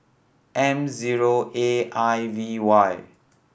M zero A I V Y